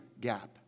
gap